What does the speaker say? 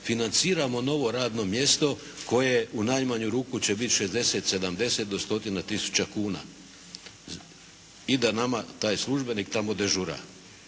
financiramo novo radno mjesto koje u najmanju ruku će bit 60, 70 do 100 tisuća kuna. I da nama taj službenik tamo dežura.